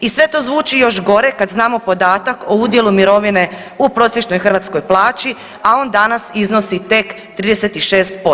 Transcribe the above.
I sve to zvuči još gore kad znamo podatak o udjelu mirovine u prosječnoj hrvatskoj plaći, a on danas iznosi tek 36%